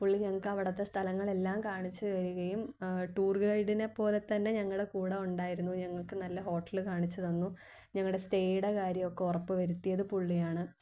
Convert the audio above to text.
പുള്ളി ഞങ്ങൾക്ക് അവിടുത്തെ സ്ഥലങ്ങൾ എല്ലാം കാണിച്ചുതരികയും ടൂർ ഗൈഡിനെ പോലെ തന്നെ ഞങ്ങളുടെ കൂടെ ഉണ്ടായിരുന്നു ഞങ്ങൾക്ക് നല്ല ഹോട്ടൽ കാണിച്ചു തന്നു ഞങ്ങളുടെ സ്റ്റേയുടെ കാര്യമൊക്കെ ഉറപ്പ് വരുത്തിയത് പുള്ളിയാണ്